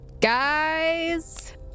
guys